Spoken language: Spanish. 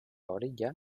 orilla